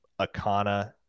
Akana